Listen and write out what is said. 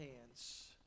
hands